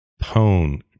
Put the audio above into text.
Pone